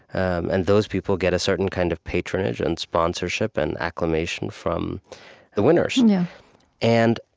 um and those people get a certain kind of patronage and sponsorship and acclamation from the winners yeah and